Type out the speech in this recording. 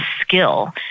skill